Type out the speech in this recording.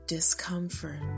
Discomfort